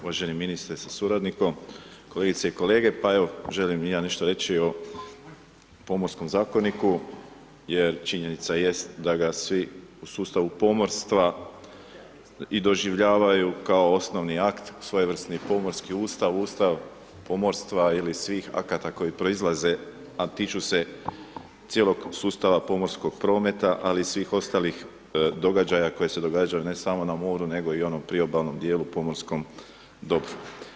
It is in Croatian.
Uvaženi ministre sa suradnikom, kolegice i kolege, pa evo, želim i ja nešto reći o Pomorskom zakoniku jer činjenica jest da ga svi u sustavu pomorstva i doživljavaju kao osnovni akt, svojevrsni Pomorski ustav, Ustav pomorstva ili svih akata koji proizlaze, a tiču se cijelog sustava pomorskog prometa, ali i svih ostalih događaja koji se događaju, ne samo na moru, nego i u onom priobalnom dijelu pomorskom dobru.